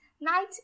night